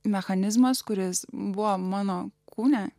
mechanizmas kuris buvo mano kūne